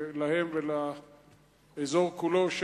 להם ולאזור כולו,